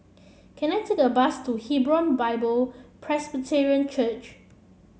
can I take the bus to Hebron Bible Presbyterian Church